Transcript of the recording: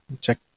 Check